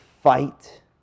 fight